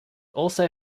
also